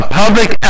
public